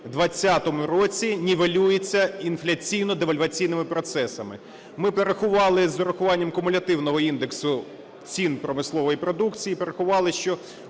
2020 році, нівелюється інфляційно-девальваційними процесами. Ми порахували з урахуванням кумулятивного індексу цін промислової продукції,